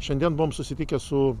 šiandien buvom susitikę su